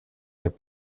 their